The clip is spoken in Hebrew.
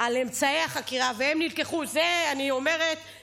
על אמצעי החקירה, והם נלקחו, זה קרה.